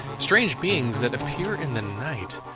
strange beings that appear in the night.